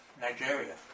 Nigeria